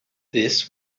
this